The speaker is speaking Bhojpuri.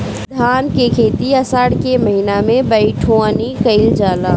धान के खेती आषाढ़ के महीना में बइठुअनी कइल जाला?